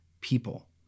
people